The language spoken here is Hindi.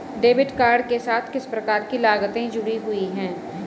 डेबिट कार्ड के साथ किस प्रकार की लागतें जुड़ी हुई हैं?